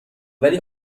ولی